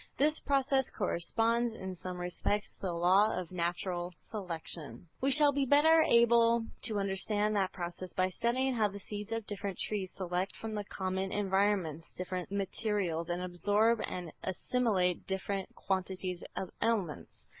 this process corresponds in some respects to the law of natural selection. we shall be better able to understand that process by studying and how the seeds of different trees select from the common environments different materials, and absorb and assimilate different quantities of elements.